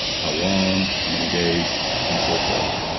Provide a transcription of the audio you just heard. how long, how many days and so forth.